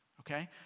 Okay